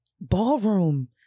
ballroom